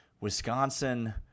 Wisconsin